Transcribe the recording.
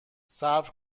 صبر